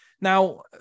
now